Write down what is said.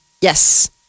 Yes